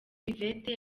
yvette